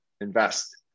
invest